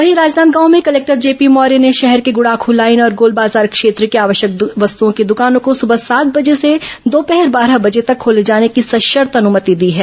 वहीं राजनांदगांव में collector JP Maurya ने शहर के गडांख लाइन और गोलबाजार क्षेत्र की आवश्यक वस्तओं की द्रकानों को सुबह सात बजे से दोपहर बारह बजे तक खोले जाने की सशर्त अनुमति दी है